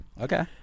Okay